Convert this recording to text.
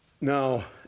Now